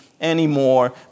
Anymore